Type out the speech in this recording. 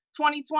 2020